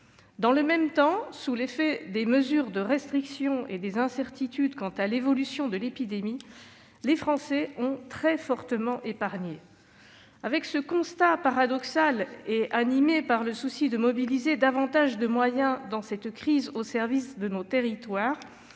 Dans le même temps, sous l'effet des mesures de restriction et des incertitudes quant à l'évolution de l'épidémie, les Français ont très fortement épargné. Forte de ce constat paradoxal et animée par le souci de mobiliser davantage de moyens dans cette crise au service de nos territoires,